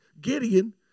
Gideon